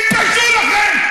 תתביישו לכם.